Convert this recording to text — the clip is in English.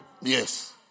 Yes